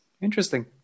interesting